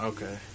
Okay